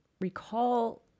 recall